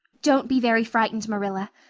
don't be very frightened, marilla.